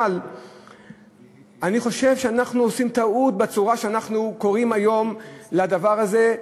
אבל אני חושב שאנחנו עושים טעות בצורה שאנחנו קוראים היום לדבר הזה,